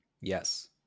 Yes